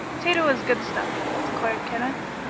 tato is good stuff! declared kenneth.